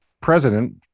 president